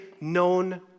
known